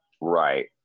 Right